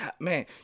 man